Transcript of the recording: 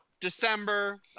december